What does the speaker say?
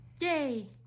Yay